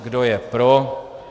Kdo je pro?